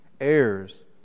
heirs